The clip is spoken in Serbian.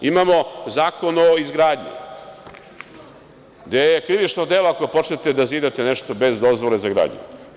Imamo Zakon o izgradnji gde je krivično delo ako počnete da zidate nešto bez dozvole za gradnju.